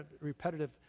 repetitive